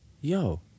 yo